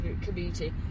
community